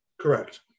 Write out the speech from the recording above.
Correct